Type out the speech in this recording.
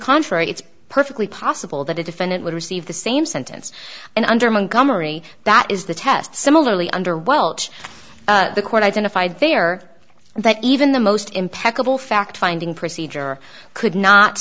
contrary it's perfectly possible that a defendant would receive the same sentence and under montgomery that is the test similarly under welch the court identified there that even the most impeccable fact finding procedure could not